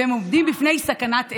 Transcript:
והם עומדים בפני סכנת הרס.